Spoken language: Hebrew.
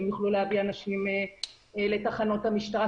שהם יוכלו להביא אנשים לתחנות המשטרה.